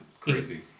crazy